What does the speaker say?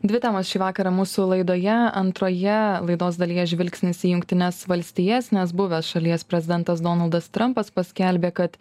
dvi temos šį vakarą mūsų laidoje antroje laidos dalyje žvilgsnis į jungtines valstijas nes buvęs šalies prezidentas donaldas trampas paskelbė kad